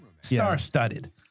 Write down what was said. Star-studded